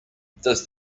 does